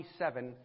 27